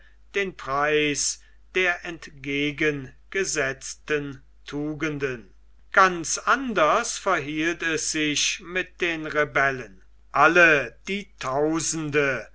den preis der entgegengesetzten tugenden ganz anders verhielt es sich mit den rebellen alle die tausende